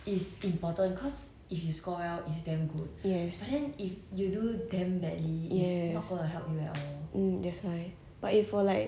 yes yes um that's why but if for like